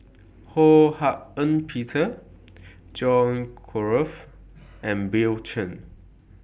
Ho Hak Ean Peter John Crawfurd and Bill Chen